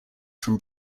from